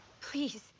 Please